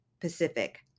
Pacific